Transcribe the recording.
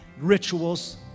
rituals